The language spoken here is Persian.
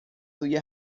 سوی